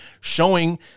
showing